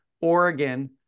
Oregon